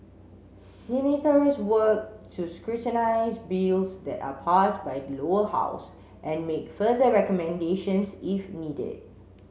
senators work to scrutinise bills that are passed by the Lower House and make further recommendations if needed